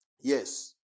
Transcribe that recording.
Yes